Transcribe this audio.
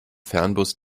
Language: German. fernbus